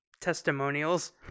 testimonials